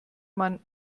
man